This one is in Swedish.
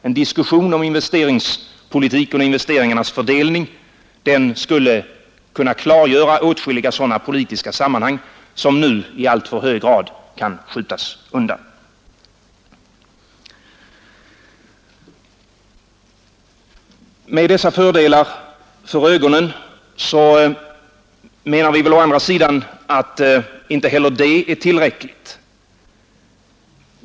En diskussion om investeringspolitik och investeringarnas fördelning skulle kunna klargöra åtskilliga sådana politiska sammanhang som nu i alltför hög grad kan skjutas undan. Med dessa fördelar för ögonen menar vi å andra sidan att inte heller detta är tillräckligt.